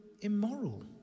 immoral